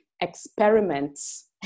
experiments